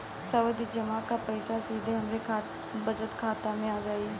सावधि जमा क पैसा सीधे हमरे बचत खाता मे आ जाई?